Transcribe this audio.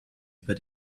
über